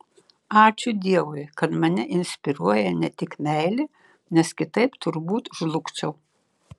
ačiū dievui kad mane inspiruoja ne tik meilė nes kitaip turbūt žlugčiau